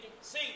see